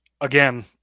again